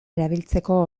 erabiltzeko